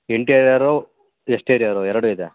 interior exterior ಎರಡು ಇದೆ